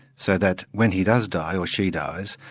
so that when he does die, or she dies,